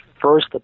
first